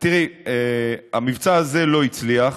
תראי, המבצע הזה לא הצליח.